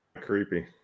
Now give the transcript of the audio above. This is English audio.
creepy